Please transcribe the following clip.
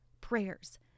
prayers